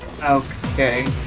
Okay